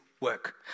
work